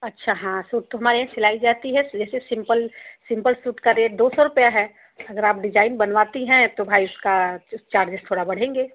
अच्छा हाँ सो तो हमारे सिलाई जाती है जैसे सिंपल सिंपल सूट का रेट दो सौ रुपया है अगर आप डिजाइन बनवाती हैं तो भाई उसका चार्जेस थोड़ा बढ़ेंगे